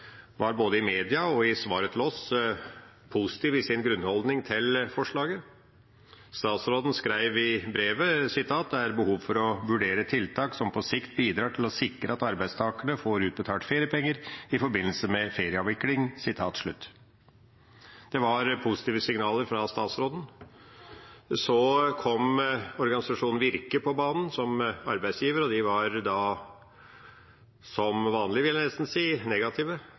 både i media og i svaret til oss var positiv i sin grunnholdning til forslaget. Statsråden skrev i brevet at «det kan være behov for å vurdere tiltak som på sikt bidrar til å sikre at arbeidstakerne får utbetalt feriepenger i forbindelse med ferieavvikling.» Det var positive signaler fra statsråden. Så kom organisasjonen Virke på banen som arbeidsgiver. De var – som vanlig, vil jeg nesten si – negative.